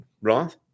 Roth